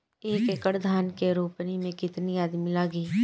एक एकड़ धान के रोपनी मै कितनी आदमी लगीह?